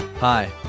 Hi